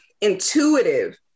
intuitive